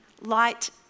light